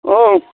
औ